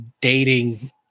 dating